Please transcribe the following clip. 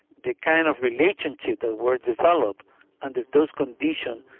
the kind of relationships that were developed under those conditions,